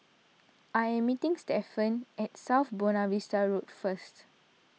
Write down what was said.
I am meeting Stefan at South Buona Vista Road first